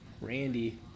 Randy